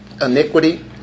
iniquity